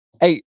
Hey